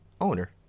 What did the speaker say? owner